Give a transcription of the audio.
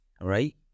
Right